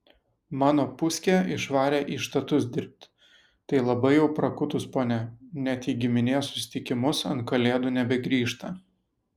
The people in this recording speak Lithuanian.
mano puskė išvarė į štatus dirbt tai labai jau prakutus ponia net į giminės susitikimus ant kalėdų nebegrįžta